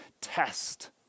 test